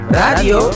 radio